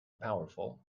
powerful